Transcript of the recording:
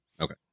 Okay